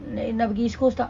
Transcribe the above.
nak pergi east coast tak